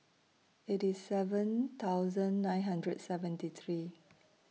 eighty seven thousand nine hundred seventy three